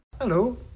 Hello